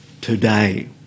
today